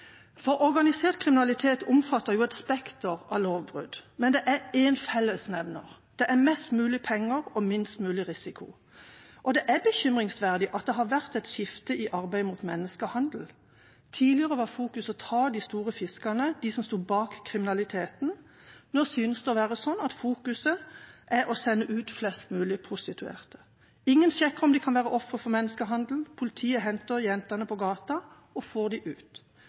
Organisert kriminalitet omfatter et spekter av lovbrudd, men det er en fellesnevner: mest mulig penger og minst mulig risiko. Det er bekymringsfullt at det har vært et skifte i arbeidet mot menneskehandel. Tidligere fokuserte man på å ta de store fiskene, dem som sto bak kriminaliteten. Nå synes man å fokusere på å sende ut flest mulig prostituerte. Ingen sjekker om de kan være offer for menneskehandel. Politiet henter jentene på gata og får dem ut.